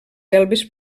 selves